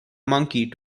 monkey